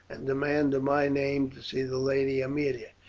and demand in my name to see the lady aemilia.